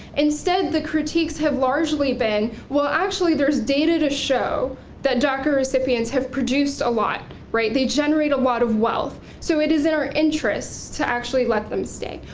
instead the critiques have largely been, well actually there's data to show that daca recipients have produced a lot, right. they generate a lot of wealth, so it is in our interest to actually let them stay,